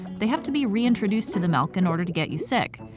they have to be reintroduced to the milk in order to get you sick.